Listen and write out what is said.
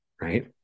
right